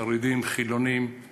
בין חרדים לחילונים,